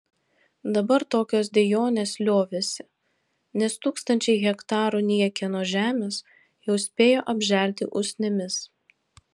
dabar tokios dejonės liovėsi nes tūkstančiai hektarų niekieno žemės jau spėjo apželti usnimis